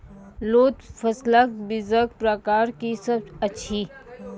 लोत फसलक बीजक प्रकार की सब अछि?